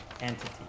entity